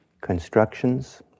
constructions